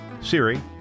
Siri